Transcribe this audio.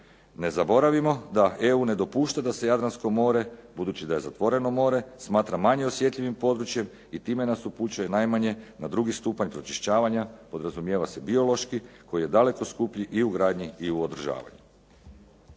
Ne zaboravimo da EU ne dopušta da se Jadransko more, budući da je zatvoreno more, smatra manje osjetljivim područjem i time nas upućuje najmanje na drugi stupanj pročišćavanja. Podrazumijeva se biološki koji je daleko skuplji i u gradnji i u održavanju.